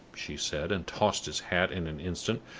she said, and tossed his hat in an instant,